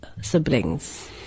Siblings